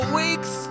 weeks